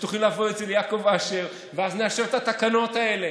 תוכלו לבוא אצל יעקב אשר ואז נאשר את התקנות האלה.